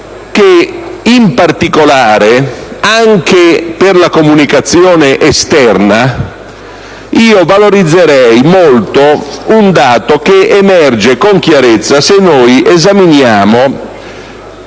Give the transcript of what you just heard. che in particolare, anche per la comunicazione esterna, valorizzerei molto un dato che emerge con chiarezza, se esaminiamo